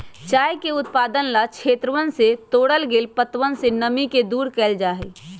चाय के उत्पादन ला क्षेत्रवन से तोड़ल गैल पत्तवन से नमी के दूर कइल जाहई